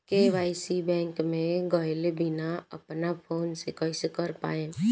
KYC bank मे गएले बिना अपना फोन से कइसे कर पाएम?